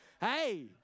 hey